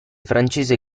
francese